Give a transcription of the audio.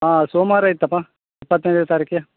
ಆಂ ಸೋಮ್ವಾರ ಐತಪ್ಪ ಇಪ್ಪತ್ತೈದನೇ ತಾರೀಖಿಗೆ